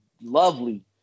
lovely